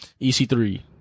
EC3